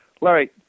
Larry